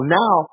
now